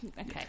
okay